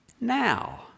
now